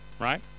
right